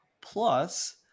Plus